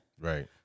Right